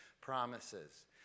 promises